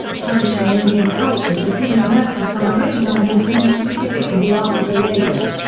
french and indian cultures has given birth to some original new forms specific to the archipelago.